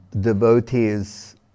devotees